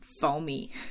foamy